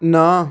ਨਾ